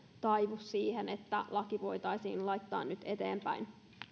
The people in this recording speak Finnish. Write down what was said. taivu siihen että laki voitaisiin laittaa nyt eteenpäin